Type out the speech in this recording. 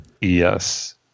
Yes